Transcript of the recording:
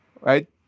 right